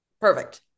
Perfect